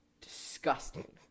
Disgusting